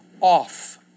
off